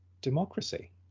democracy